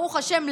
ברוך השם,